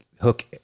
hook